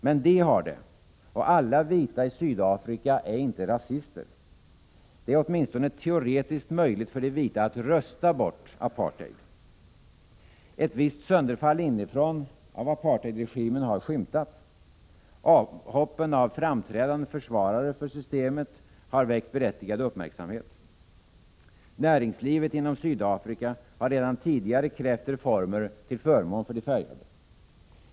Men de har det, och alla vita i Sydafrika är inte rasister. Det är åtminstone teoretiskt möjligt för de vita att rösta bort apartheid. Ett visst sönderfall inifrån av apartheidregimen har skymtat. Avhoppen av framträdande försvarare för systemet har väckt berättigad uppmärksamhet. Näringslivet inom Sydafrika har redan tidigare krävt reformer till förmån för de färgade.